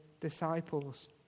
disciples